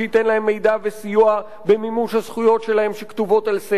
מידע וסיוע במימוש הזכויות שלהם שכתובות על ספר,